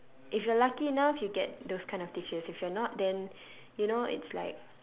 if you're lucky enough you get those kind of teachers if you're not then you know it's like